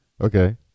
okay